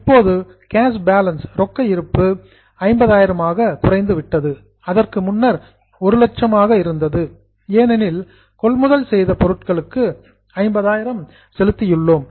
இப்போது cash balance ரொக்க இருப்பு 50000 ஆக குறைந்து விட்டது அதற்கு முன்னர் 100000 ஆக இருந்தது ஏனெனில் கொள்முதல் செய்த பொருட்களுக்கு 50000 பேமெண்ட் செலுத்தியுள்ளோம்